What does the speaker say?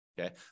Okay